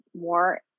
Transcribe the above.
more